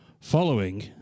following